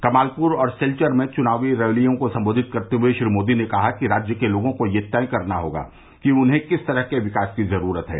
कमालपुर और सिल्वर में चुनाव रैलियों को सम्बोधित करते हुए श्री मोदी ने कहा कि राज्य के लोगों को यह तय करना होगा कि उन्हें किस तरह के विकास की जरूरत है